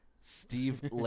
Steve